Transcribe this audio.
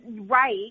Right